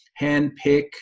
handpick